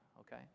Okay